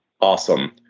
Awesome